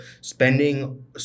spending